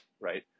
Right